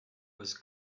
was